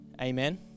Amen